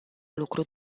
lucru